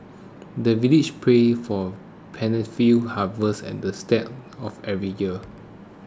the villagers pray for plentiful harvest and the start of every year